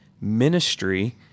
ministry